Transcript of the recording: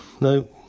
no